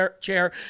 chair